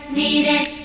needed